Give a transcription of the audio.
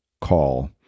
call